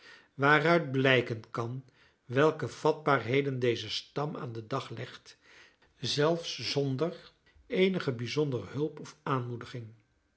waaruit blijken kan welke vatbaarheden deze stam aan den dag legt zelfs zonder eenige bijzondere hulp of aanmoediging